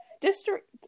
District